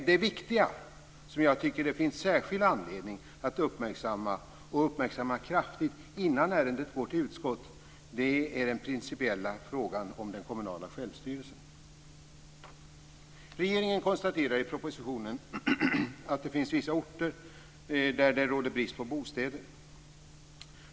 Det viktiga, som jag tycker att det finns särskild anledning att kraftigt uppmärksamma innan ärendet går till utskottet, är den principiella frågan om den kommunala självstyrelsen. Regeringen konstaterar i propositionen att det finns vissa orter där det råder brist på bostäder.